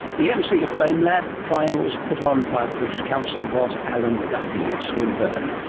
the mc of famelab finals, put on by the british council, was alan duffy of swinburne,